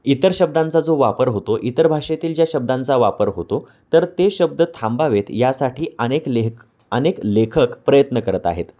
इतर शब्दांचा जो वापर होतो इतर भाषेतील ज्या शब्दांचा वापर होतो तर ते शब्द थांबावेत यासाठी अनेक लेह अनेक लेखक प्रयत्न करत आहेत